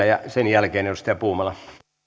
ja sen jälkeen edustaja puumala